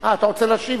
אתה רוצה להשיב?